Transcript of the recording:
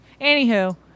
Anywho